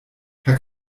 herr